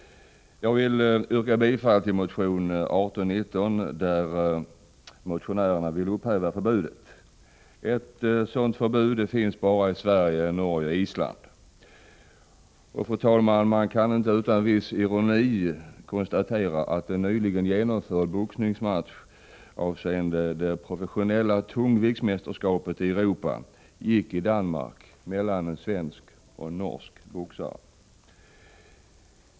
Jag yrkar bifall till motion 1819, enligt vilken motionärerna vill upphäva förbudet mot professionell boxning. Ett sådant förbud finns bara i Sverige, Norge och Island. Man kan inte utan viss ironi konstatera att en nyligen genomförd boxningsmatch avseende det professionella tungviktsmästerskapet i Europa gick i Danmark mellan en svensk och en norsk boxare.